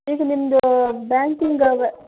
ಇದು ನಿಮ್ಮದು ಬ್ಯಾಂಕಿಂಗ್ ಅವ